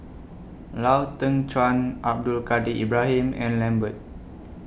Lau Teng Chuan Abdul Kadir Ibrahim and Lambert